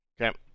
Okay